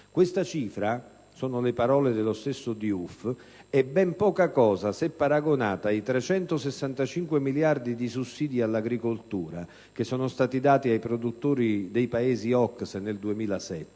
Questa cifra» - sono le parole dello stesso Diouf - «è ben poca cosa se paragonata ai 365 miliardi di sussidi all'agricoltura che sono stati dati ai produttori dei Paesi OCSE nel 2007